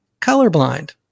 colorblind